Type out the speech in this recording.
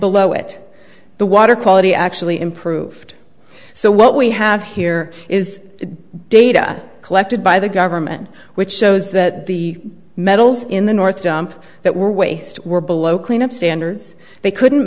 below it the water quality actually improved so what we have here is data collected by the government which shows that the metals in the north dump that were waste were below cleanup standards they couldn't